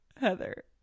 Heather